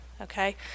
okay